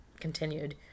continued